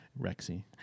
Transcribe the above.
Rexy